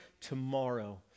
tomorrow